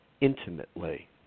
intimately